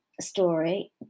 story